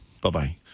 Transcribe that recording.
Bye-bye